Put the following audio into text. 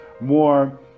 more